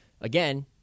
again